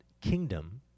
kingdom